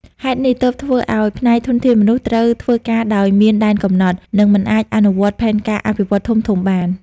ហេតុនេះទើបធ្វើឱ្យ ផ្នែកធនធានមនុស្ស ត្រូវធ្វើការដោយមានដែនកំណត់ និងមិនអាចអនុវត្តផែនការអភិវឌ្ឍន៍ធំៗបាន។